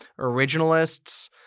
originalists